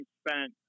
spent